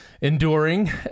enduring